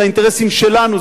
זה האינטרסים שלנו,